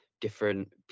different